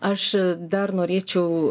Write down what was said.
aš dar norėčiau